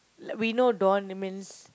l~ we know Dawn means